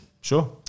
sure